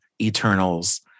Eternals